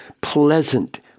pleasant